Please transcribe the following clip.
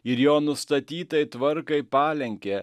ir jo nustatytai tvarkai palenkė